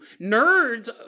nerds